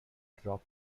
drop